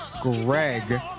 Greg